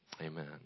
Amen